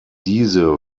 diese